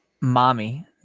mommy